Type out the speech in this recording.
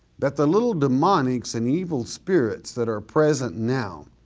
that the little demonics and evil spirits that are present now,